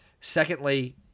Secondly